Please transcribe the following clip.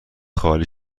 خالی